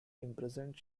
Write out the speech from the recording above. imprisoned